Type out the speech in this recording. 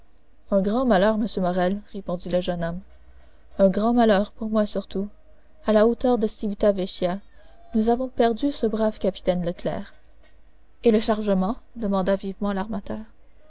un grand malheur monsieur morrel répondit le jeune homme un grand malheur pour moi surtout à la hauteur de civita vecchia nous avons perdu ce brave capitaine leclère et le chargement demanda vivement l'armateur